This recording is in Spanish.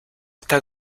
está